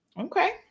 Okay